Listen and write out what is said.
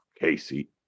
Casey